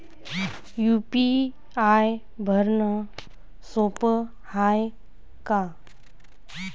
UPI भरनं सोप हाय का?